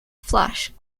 flash